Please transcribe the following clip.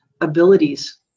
abilities